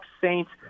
Saints